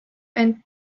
ent